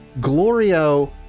Glorio